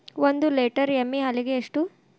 ಒಂದು ಲೇಟರ್ ಎಮ್ಮಿ ಹಾಲಿಗೆ ಎಷ್ಟು?